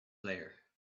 player